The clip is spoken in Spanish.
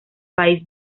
país